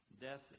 death